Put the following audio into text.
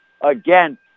Again